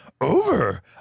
over